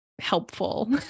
helpful